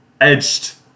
edged